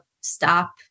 stop